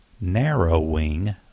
Narrowing